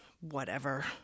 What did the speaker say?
Whatever